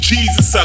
Jesus